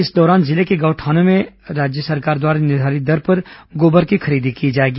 इस दौरान जिले के गौठानो में राज्य सरकार द्वारा निर्धारित दर पर गोबर की खरीदी की जाएगी